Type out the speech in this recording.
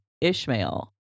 Ishmael